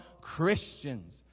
Christians